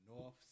North